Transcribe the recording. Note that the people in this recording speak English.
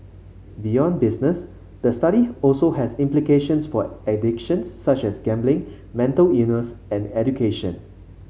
beyond business the study also has implications for addictions such as gambling mental illness and education